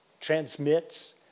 transmits